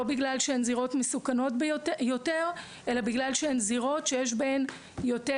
לא בגלל שהן זירות מסוכנות יותר אלא בגלל שהן זירות שיש בהן יותר